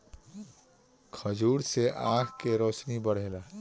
खजूर से आँख के रौशनी बढ़ेला